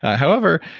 however,